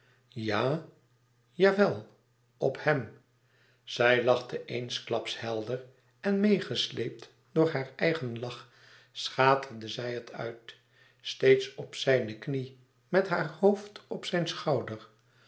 ja jawel op hem zij lachte eensklaps helder en meêgesleept door haar eigen lach schaterde zij het uit steeds op zijne knie met haar hoofd op zijn schouder